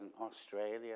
Australia